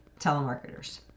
telemarketers